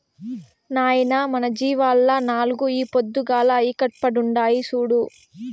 నాయనా మన జీవాల్ల నాలుగు ఈ పొద్దుగాల ఈకట్పుండాయి చూడు